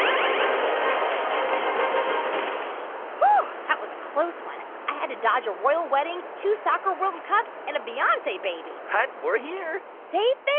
um yeah that was a close one. i had to dodge a royal wedding, two soccer world cups and a beyonce baby but we're here safe